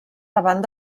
davant